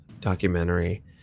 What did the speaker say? documentary